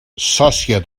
sòcia